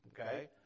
Okay